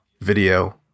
video